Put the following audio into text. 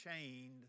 chained